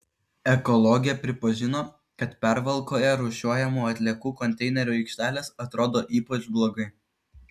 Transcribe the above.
ekologė pripažino kad pervalkoje rūšiuojamų atliekų konteinerių aikštelės atrodo ypač blogai